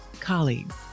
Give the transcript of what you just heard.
colleagues